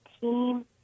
team